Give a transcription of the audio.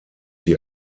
sie